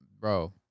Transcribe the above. bro